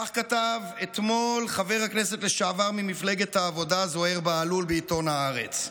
כך כתב אתמול חבר הכנסת לשעבר ממפלגת העבודה זוהיר בהלול בעיתון הארץ.